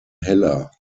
heller